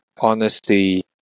honesty